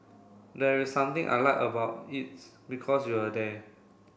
there is something I like about it's because you're there